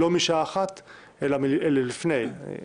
לא משעה 13 אלא לפני כן,